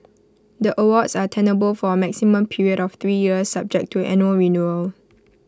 the awards are tenable for A maximum period of three years subject to annual renewal